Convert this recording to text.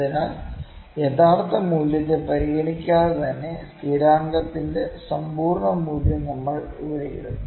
അതിനാൽ യഥാർത്ഥ മൂല്യത്തെ പരിഗണിക്കാതെ തന്നെ സ്ഥിരാങ്കത്തിന്റെ സമ്പൂർണ്ണ മൂല്യം നമ്മൾ ഇവിടെ ഇടും